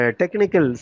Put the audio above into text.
technical